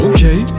Okay